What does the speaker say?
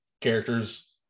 characters